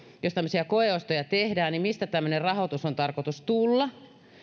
jos tämmöisiä koeostoja tehdään niin mistä tämmöisen rahoituksen on tarkoitus tulla